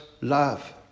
love